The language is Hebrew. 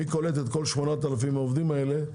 מי קולט את כל 8,000 העובדים האלה.